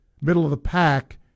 middle-of-the-pack